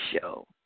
show